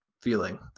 feeling